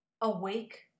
awake